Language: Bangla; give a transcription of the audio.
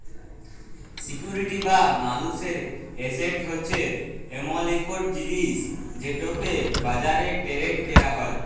সিকিউরিটি বা মালুসের এসেট হছে এমল ইকট জিলিস যেটকে বাজারে টেরেড ক্যরা যায়